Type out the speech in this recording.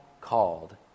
called